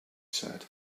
said